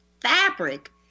fabric